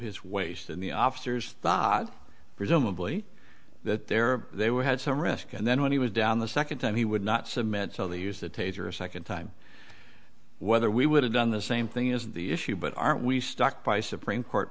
his waist in the officers bought presumably that there they were had some risk and then when he was down the second time he would not submit so they use the taser a second time whether we would have done the same thing is the issue but aren't we struck by supreme court